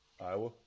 Iowa